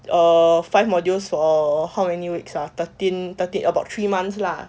err five modules for how many weeks ah thirteen thirteen about three months lah